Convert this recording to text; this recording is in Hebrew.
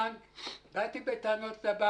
אני חושב שצריך להבין שאם רוצים ללחוץ על הגז,